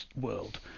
world